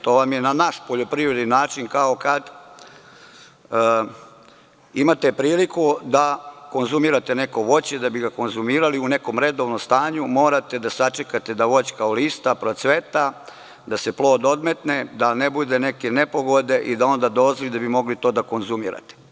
To vam je na naš poljoprivredni način kao kada imate priliku da konzumirate neko voće, da bi ga konzumirali u nekom redovnom stanju, morate da sačekate da voćka olista, procveta, da se plod odmetne, da ne bude neke nepogode i da bi onda mogli to da konzumirate.